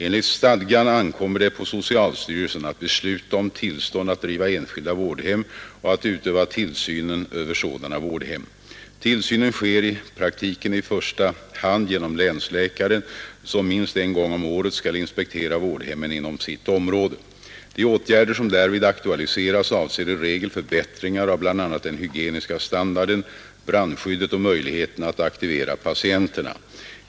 Enligt stadgan ankommer det på socialstyrelsen att besluta om tillstånd att driva enskilda vårdhem och att utöva tillsynen över sådana vårdhem. Tillsynen sker i praktiken i första hand genom länsläkaren som minst en gång om året skall inspektera vårdhemmen inom sitt område. De åtgärder som därvid aktualiseras avser i regel förbättringar av bl.a. den hygieniska standarden, brandskyddet och möjligheterna att aktivera patienterna.